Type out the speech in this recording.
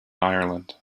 ireland